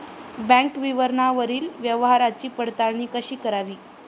Bank विवरणावरील व्यवहाराची पडताळणी कशी करावी?